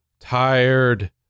tired